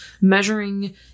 measuring